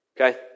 okay